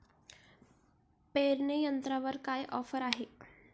पेरणी यंत्रावर काय ऑफर आहे?